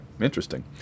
interesting